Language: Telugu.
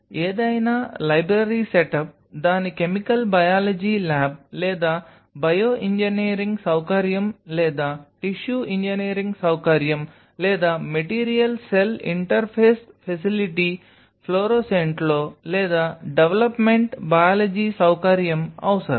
ఏదైనా లైబ్రరీ సెటప్ దాని కెమికల్ బయాలజీ ల్యాబ్ లేదా బయో ఇంజనీరింగ్ సౌకర్యం లేదా టిష్యూ ఇంజనీరింగ్ సౌకర్యం లేదా మెటీరియల్ సెల్ ఇంటర్ఫేస్ ఫెసిలిటీ ఫ్లోరోసెంట్లో లేదా డెవలప్మెంట్ బయాలజీ సౌకర్యం అవసరం